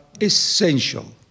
essential